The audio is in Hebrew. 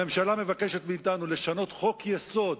הממשלה מבקשת מאתנו לשנות חוק-יסוד